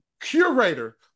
curator